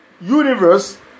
universe